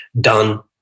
done